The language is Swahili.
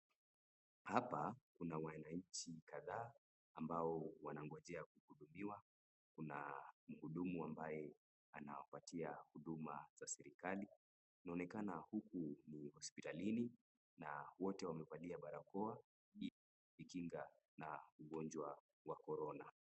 Hapa kuna wananchi kadhaa ambao wanangojea kuhudumiwa kuna mhudumu ambaye anawapatia huduma za serikali. Inaonekana huku ni hospitalini na wote wamevalia barakoa ili kujikinga na ugonjwa wa Corona.